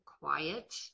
quiet